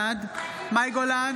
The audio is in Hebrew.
בעד מאי גולן,